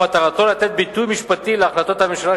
ומטרתו לתת ביטוי משפטי להחלטות הממשלה